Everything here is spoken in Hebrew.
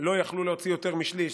לא יכלו להוציא יותר משליש.